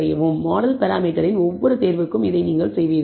model பராமீட்டரின் ஒவ்வொரு தேர்வுக்கும் இதை நீங்கள் செய்வீர்கள்